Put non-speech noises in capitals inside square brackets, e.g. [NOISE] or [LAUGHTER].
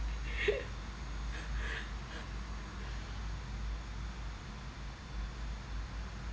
[LAUGHS]